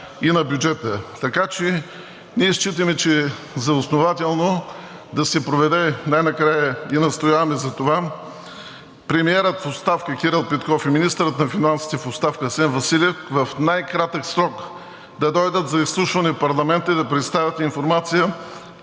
и на бюджета. Така че ние считаме за основателно и настояваме за това най-накрая премиерът в оставка Кирил Петков и министърът на финансите в оставка Асен Василев в най-кратък срок да дойдат за изслушване в Парламента и да представят информация